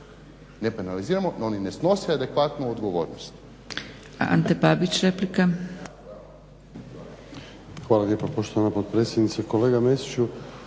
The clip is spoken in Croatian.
ne penaliziramo oni ne snose adekvatnu odgovornost.